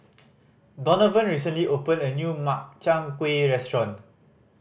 Donavon recently opened a new Makchang Gui restaurant